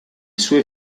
sue